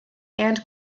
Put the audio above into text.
and